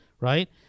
right